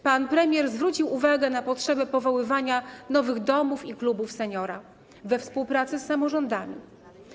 Pan premier zwrócił uwagę na potrzebę powoływania nowych domów i klubów seniora we współpracy z samorządami.